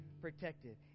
protected